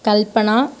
Kalpana